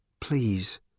Please